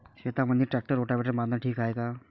शेतामंदी tractor rotavator मारनं ठीक हाये का?